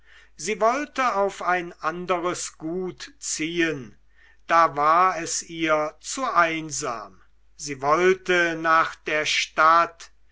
sie wollte auf ein anderes gut ziehen da war es ihr zu einsam sie wollte nach der stadt